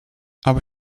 aber